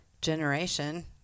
generation